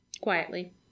Quietly